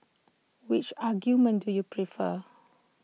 which argument do you prefer